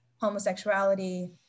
homosexuality